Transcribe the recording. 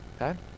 Okay